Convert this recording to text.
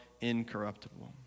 incorruptible